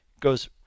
goes